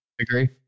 agree